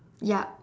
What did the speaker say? yup